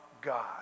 God